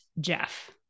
Jeff